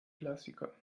klassiker